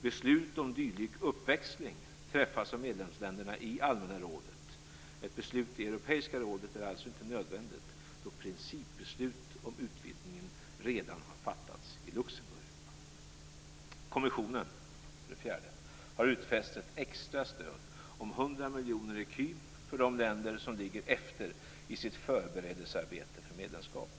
Beslut om dylik uppväxling fattas av medlemsländerna i Allmänna rådet. Ett beslut i Europeiska rådet är alltså inte nödvändigt, då principbeslut om utvidgningen redan har fattats i För det fjärde: Kommissionen har utfäst ett extra stöd om 100 miljoner ecu för de länder som ligger efter i sitt förberedelsearbete för medlemskap.